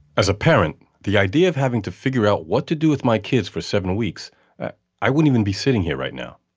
as a parent, the idea of having to figure out what to do with my kids for seven weeks i wouldn't even be sitting here right now.